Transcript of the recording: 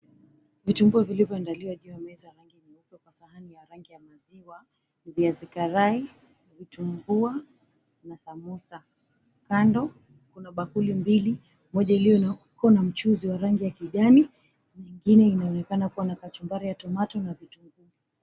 Vitumbua vilivyoandaliwa juu ya meza ya rangi nyeupe kwa sahani ya rangi ya maziwa ni viazi karai, vitumbua na samusa. Kando kuna bakuli mbili, moja iliyo na mchuzi wa rangi ya kijani na ingine inaonekana kuwa na kachumbari ya tomato na vitunguu.